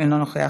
אינה נוכחת,